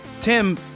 Tim